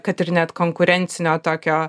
kad ir net konkurencinio tokio